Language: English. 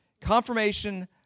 Confirmation